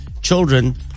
children